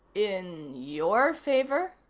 in your favor?